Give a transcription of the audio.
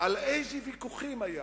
על איזה ויכוחים היו.